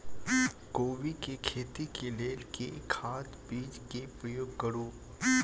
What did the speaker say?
कोबी केँ खेती केँ लेल केँ खाद, बीज केँ प्रयोग करू?